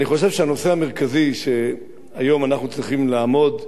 אני חושב שהנושא המרכזי שהיום אנחנו צריכים לעמוד,